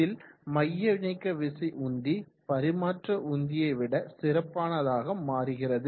இதில் மையநீக்கவிசை உந்தி பரிமாற்ற உந்தியை விட சிறப்பானதாக மாறுகிறது